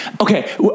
Okay